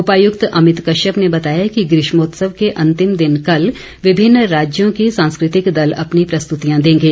उपायुक्त अमित कश्यप ने बताया कि ग्रीष्मोत्सव के अंतिम दिन कल विभिन्न राज्यों के सांस्कृतिक दल अपनी प्रस्तुतियां देंगे